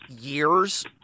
years